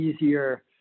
easier